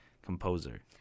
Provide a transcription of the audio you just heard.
Composer